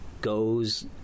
goes